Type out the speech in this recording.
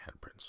handprints